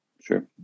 Sure